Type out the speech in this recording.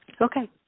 Okay